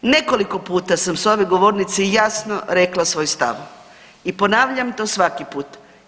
Nekoliko sam puta s ove govornice jasno rekla svoj stav i ponavljam to svaki put.